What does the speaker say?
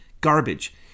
garbage